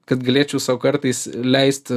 kad galėčiau sau kartais leisti